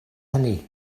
hynny